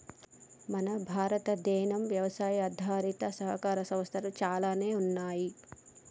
మన భారతదేనం యవసాయ ఆధారిత సహకార సంస్థలు చాలానే ఉన్నయ్యి